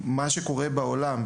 מה שקורה בעולם,